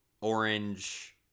orange